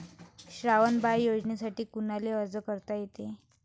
श्रावण बाळ योजनेसाठी कुनाले अर्ज करता येते?